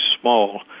small